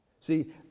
See